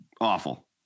awful